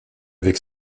avec